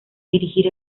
dirigir